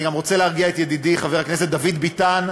אני גם רוצה להרגיע את ידידי חבר הכנסת דוד ביטן,